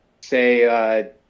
say